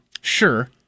Sure